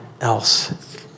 else